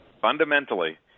fundamentally